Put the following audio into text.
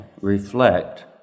reflect